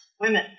women